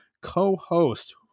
co-host